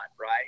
right